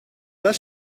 das